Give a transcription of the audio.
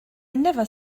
never